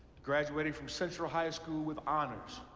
graduating from central high school with honors,